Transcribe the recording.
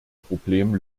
problem